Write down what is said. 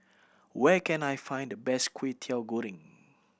where can I find the best Kwetiau Goreng